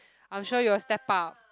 I'm sure you will step up